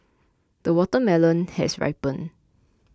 the watermelon has ripened